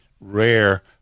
rare